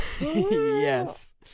yes